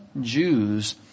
Jews